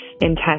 intense